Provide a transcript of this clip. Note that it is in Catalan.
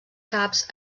caps